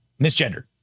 misgendered